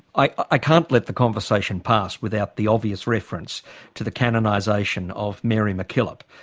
i i can't let the conversation pass without the obvious reference to the canonisation of mary mackillop.